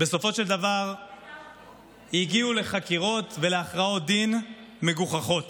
בסופו של דבר הגיעו לחקירות ולהכרעות דין מגוחכות.